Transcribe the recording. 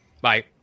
Bye